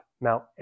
mount